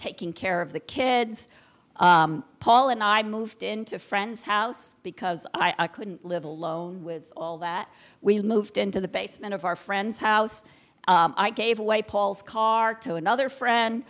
taking care of the kids paul and i moved into a friend's house because i couldn't live alone with all that we moved into the basement of our friend's house i gave away paul's car to another friend